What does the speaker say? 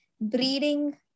breeding